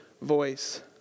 voice